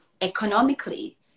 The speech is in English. economically